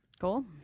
Cool